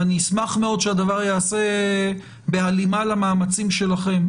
ואני אשמח מאוד שהדבר יעשה בהלימה למאמצים שלכם,